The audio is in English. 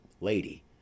Lady